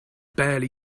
barely